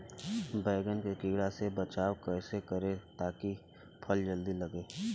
बैंगन के कीड़ा से बचाव कैसे करे ता की फल जल्दी लगे?